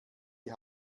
die